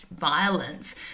violence